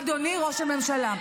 אדוני ראש הממשלה,